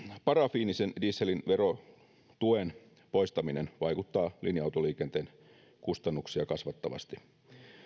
parafiinisen dieselin verotuen poistaminen vaikuttaa linja autoliikenteen kustannuksia kasvattavasti